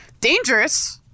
dangerous